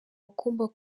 ugomba